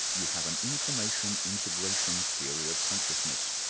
you have an information integration theory of consciousness,